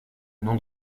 nom